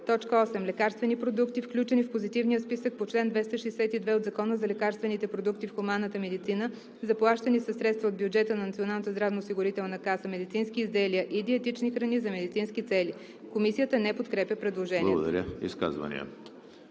т. 8: „8. лекарствени продукти, включени в позитивния списък по чл. 262 от Закона за лекарствените продукти в хуманната медицина, заплащани със средства от бюджета на НЗОК, медицински изделия и диетични храни за медицински цели.“ Комисията не подкрепя предложението. ПРЕДСЕДАТЕЛ